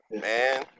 man